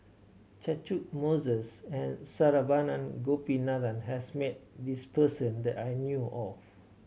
Catchick Moses and Saravanan Gopinathan has met this person that I knew of